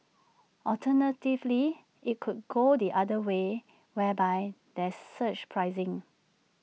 alternatively IT could go the other way whereby there's surge pricing